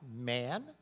man